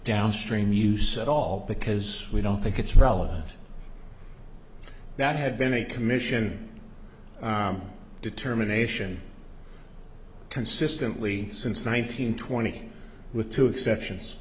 downstream use at all because we don't think it's relevant that had been a commission determination consistently since one nine hundred twenty with two exceptions